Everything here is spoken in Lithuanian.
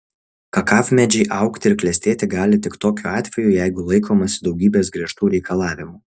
kakavmedžiai augti ir klestėti gali tik tokiu atveju jeigu laikomasi daugybės griežtų reikalavimų